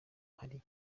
ahari